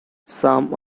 some